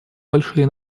большие